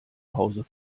hause